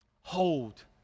hold